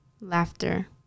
Laughter